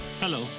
Hello